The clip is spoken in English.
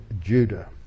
judah